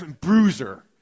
Bruiser